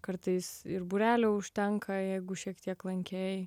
kartais ir būrelio užtenka jeigu šiek tiek lankei